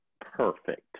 Perfect